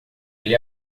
ele